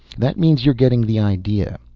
that means you're getting the idea.